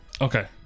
Okay